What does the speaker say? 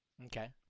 Okay